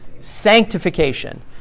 Sanctification